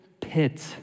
pit